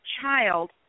child